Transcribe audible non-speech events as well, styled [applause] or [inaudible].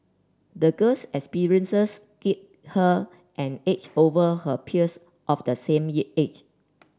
the girl's experiences gave her an edge over her peers of the same [unintelligible] age